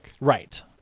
Right